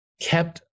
kept